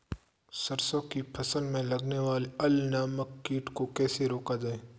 सरसों की फसल में लगने वाले अल नामक कीट को कैसे रोका जाए?